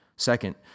Second